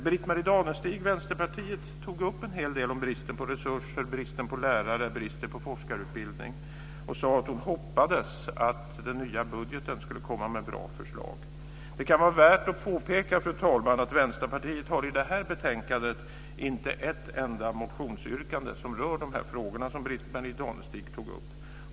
Britt-Marie Danestig, Vänsterpartiet, tog upp en del om bristen på resurser, lärare och forskarutbildning. Hon sade att hon hoppades att den nya budgeten skulle komma med bra förslag. Det kan vara värt att påpeka att Vänsterpartiet i detta betänkande inte har ett enda motionsyrkande som rör de frågor som Britt Marie Danestig tog upp.